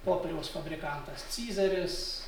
popieriaus fabrikantas cyzaris